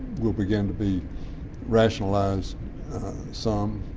will begin to be rationalized some.